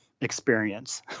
Experience